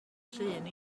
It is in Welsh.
llun